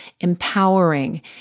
empowering